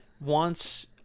wants